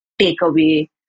takeaway